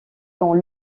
dans